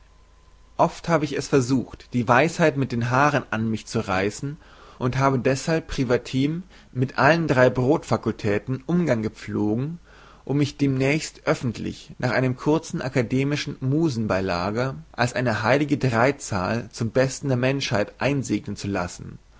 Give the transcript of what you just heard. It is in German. oft habe ich es versucht die weisheit mit den haaren an mich zu reißen und habe deshalb privatim mit allen drei brodfakultäten umgang gepflogen um mich demnächst öffentlich nach einem kurzen akademischen musenbeilager als eine heilige dreizahl zum besten der menschheit einsegnen zu lassen